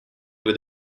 with